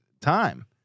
time